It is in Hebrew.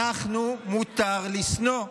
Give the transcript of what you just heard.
אנחנו, מותר לשנוא.